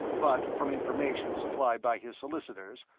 but from information supplied by his solicitors,